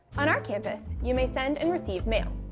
on our campus you may send and receive mail.